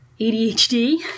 ADHD